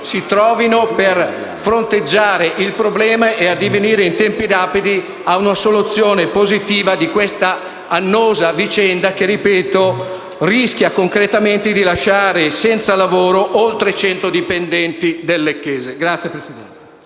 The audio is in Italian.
si incontrino per fronteggiare il problema e addivenire in tempi rapidi a una soluzione positiva di questa annosa vicenda che - ripeto - rischia di lasciare senza lavoro oltre 100 dipendenti del lecchese.